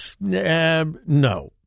no